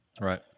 Right